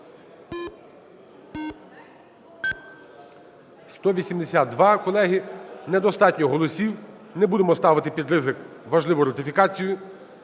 За-182 Колеги, недостатньо голосів. Не будемо ставити під ризик важливу ратифікацію,